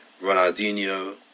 Ronaldinho